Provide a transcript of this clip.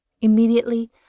Immediately